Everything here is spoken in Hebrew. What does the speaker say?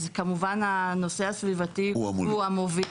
כמובן שהנושא הסביבתי הוא המוביל.